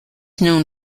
known